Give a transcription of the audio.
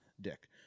dick